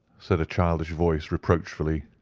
said a childish voice reproachfully.